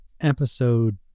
episode